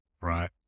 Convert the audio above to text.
right